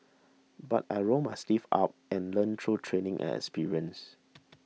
but I rolled my sleeves up and learnt through training and experience